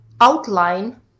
outline